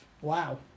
Wow